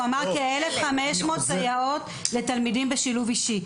הוא אמר כ-1,500 סייעות לתלמידים בשילוב אישי.